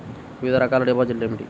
వివిధ రకాల డిపాజిట్లు ఏమిటీ?